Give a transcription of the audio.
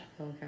Okay